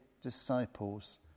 disciples